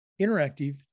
interactive